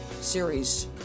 series